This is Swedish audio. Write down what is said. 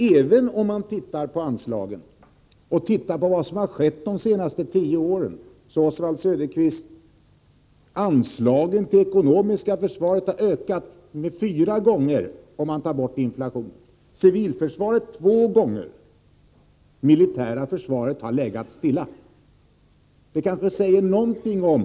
Även om man ser på anslagen och på vad som har skett under de senaste tio åren, finner man, Oswald Söderqvist, att anslagen till det ekonomiska försvaret har fyrfaldigats, om man räknar bort inflationen, och att anslaget till civilförsvaret har fördubblats. Däremot har anslaget till det militära försvaret legat stilla.